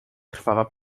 krwawa